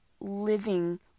living